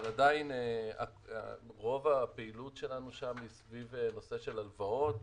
אבל עדיין רוב הפעילות שלנו שם היא סביב נושא של הלוואות